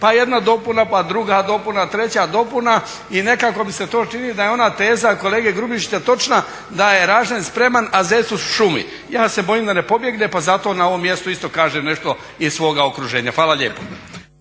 pa jedna dopuna, pa druga dopuna, treća dopuna i nekako mi se to čini da je ona teza kolege Grubišića točna da je ražanj spreman, a zec u šumi. Ja se bojim da ne pobjegne, pa zato na ovom mjestu isto kažem nešto iz svoga okruženja. Fala lijepo.